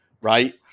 right